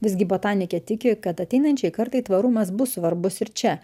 visgi botanikė tiki kad ateinančiai kartai tvarumas bus svarbus ir čia